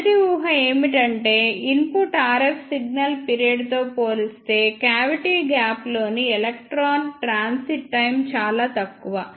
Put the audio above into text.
మొదటి ఊహ ఏమిటంటే ఇన్పుట్ RF సిగ్నల్ పిరియడ్ తో పోలిస్తే క్యావిటీ గ్యాప్లోని ఎలక్ట్రాన్ ట్రాన్సిట్ టైమ్ చాలా తక్కువ